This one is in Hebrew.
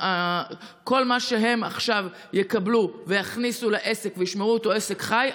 כל מה שהם עכשיו יקבלו ויכניסו לעסק וישמרו אותו עסק חי,